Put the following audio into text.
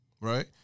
right